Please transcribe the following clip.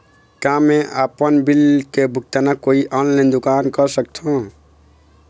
का मैं आपमन बिल के भुगतान कोई ऑनलाइन दुकान कर सकथों?